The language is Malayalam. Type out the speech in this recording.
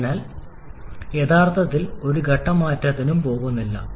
അതിനാൽ യഥാർത്ഥത്തിൽ ഒരു പ്രത്യേക ഘട്ട മാറ്റത്തിനും പോകുന്നില്ല